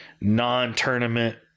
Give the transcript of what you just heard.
non-tournament